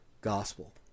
gospel